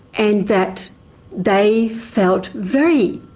and that they felt very